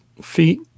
feet